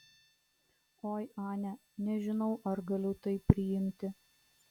oi ane nežinau ar galiu tai priimti